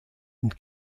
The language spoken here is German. und